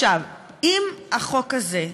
אם החוק הזה,